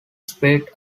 spread